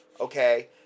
okay